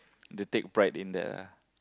they take pride in their